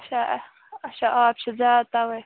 اَچھا اَچھا آب چھِ زیادٕ تَوَے